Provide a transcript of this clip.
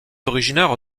originaire